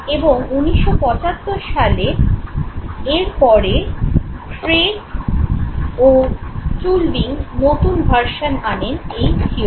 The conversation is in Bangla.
এবং 1975 সালে এরপরে ক্রেইক ও টুল্ভিং নতুন ভারসান আনেন এই থিয়োরির